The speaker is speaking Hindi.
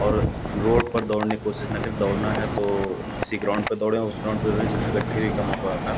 और रोड पर दौड़ने की कोशिश ना करें दौड़ना है तो किसी ग्राउन्ड पर दौड़ें और उस ग्राउन्ड पर दौड़ें जिसमें गड्ढे कम हों थोड़ा सा